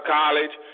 college